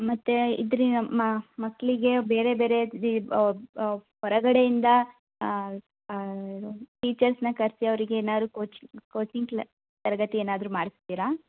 ಮತ್ತೆ ಮಕ್ಕಳಿಗೆ ಬೇರೆ ಬೇರೆ ಹೊರಗಡೆಯಿಂದ ಇದು ಟೀಚರ್ಸನ್ನ ಕರೆಸಿ ಅವ್ರಿಗೇನಾದ್ರು ಕೋಚಿಂಗ್ ಕೋಚಿಂಗ್ ಕ್ಲಾ ತರಗತಿ ಏನಾದ್ರೂ ಮಾಡಿಸ್ತೀರಾ